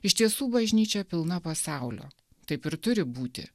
iš tiesų bažnyčia pilna pasaulio taip ir turi būti